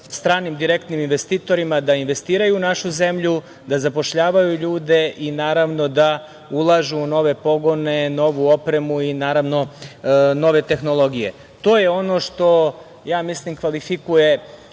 stranim direktnim investitorima da investiraju u našu zemlju, da zapošljavaju ljude i, naravno, da ulažu u nove pogone, novu opremu i nove tehnologije. To je ono što kvalifikuje